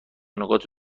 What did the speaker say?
نقاط